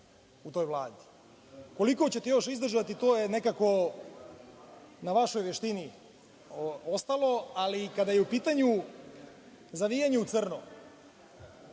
u toj Vladi. Koliko ćete još izdržati, to je nekako na vašoj veštini ostalo. Ali, kada je u pitanju zavijanje u crno